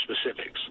specifics